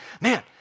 man